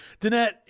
Danette